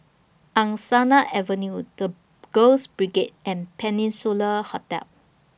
Angsana Avenue The Girls Brigade and Peninsula Hotel